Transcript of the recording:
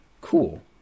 cool